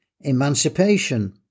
Emancipation